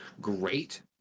great